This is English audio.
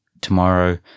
tomorrow